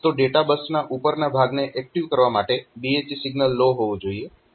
તો ડેટા બસના ઉપરના ભાગને એક્ટીવ કરવા માટે BHE સિગ્નલ લો હોવું જોઈએ